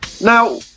Now